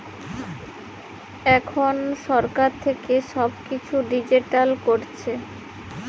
এখন সরকার থেকে সব কিছু ডিজিটাল করছে